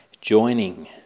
joining